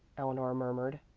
eleanor murmured.